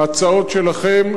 בהצעות שלכם,